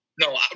No